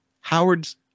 Howard's